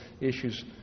issues